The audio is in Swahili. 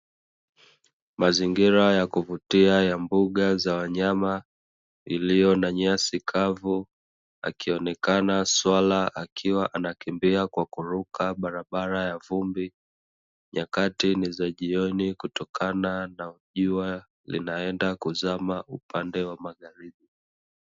Mazingira ya kuvutia ya mbuga za wanyama iliyo na nyasi kavu ,akioneka swala akikwa anakimbia kwa kuruka ,barabara ya vumbi nyakati ni za ya jioni na jua linaenda kuzama upande wa magharibi.